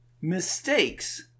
Mistakes